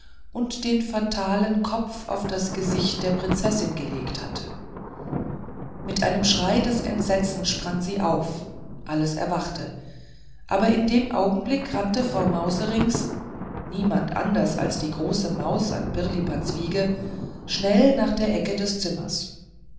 und den fatalen kopf auf das gesicht der prinzessin gelegt hatte mit einem schrei des entsetzens sprang sie auf alles erwachte aber in dem augenblick rannte frau mauserinks niemand anders war die große maus an pirlipats wiege schnell nach der ecke des zimmers